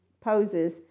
poses